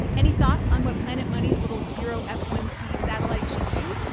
any thoughts on what planet money's little zero f one c satellite should do?